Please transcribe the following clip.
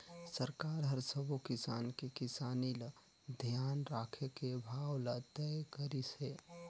सरकार हर सबो किसान के किसानी ल धियान राखके भाव ल तय करिस हे